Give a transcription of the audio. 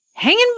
hanging